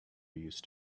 used